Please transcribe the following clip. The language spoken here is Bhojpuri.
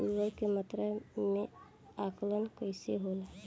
उर्वरक के मात्रा में आकलन कईसे होला?